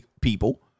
people